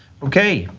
okay.